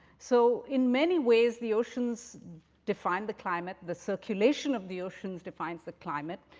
so in many ways, the oceans define the climate. the circulation of the oceans defines the climate.